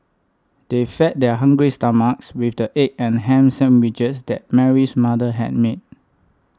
they fed their hungry stomachs with the egg and ham sandwiches that Mary's mother had made